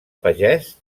pagès